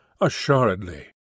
Assuredly